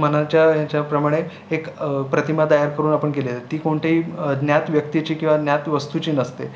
मनाच्या हेच्याप्रमाणे एक प्रतिमा तयार करून आपण केलेलं ती कोणती ज्ञात व्यक्तीची किंवा ज्ञात वस्तूची नसते